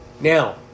now